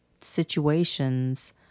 situations